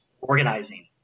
organizing